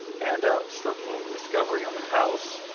and, ah, structural discovery on the house.